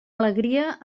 alegria